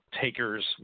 Taker's